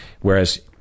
Whereas